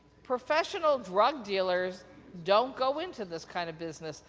professional drug dealers don't go into this kind of business,